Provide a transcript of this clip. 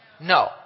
No